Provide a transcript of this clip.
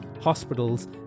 hospitals